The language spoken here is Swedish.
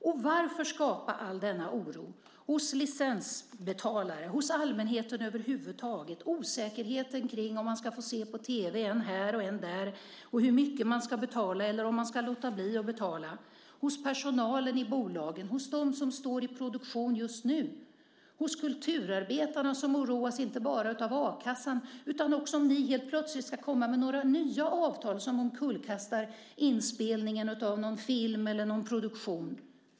Och varför skapar man all denna oro hos licensbetalare och hos allmänheten över huvud taget? Det finns en osäkerhet om vad man ska få se på tv, hur mycket man ska betala, eller om man ska låta bli att betala. Det finns en oro hos personalen i bolagen, hos dem som producerar just nu och hos kulturarbetarna som oroas inte bara över a-kassan utan också om ni helt plötsligt ska komma med några nya avtal som omkullkastar inspelningen av någon film eller någon annan produktion.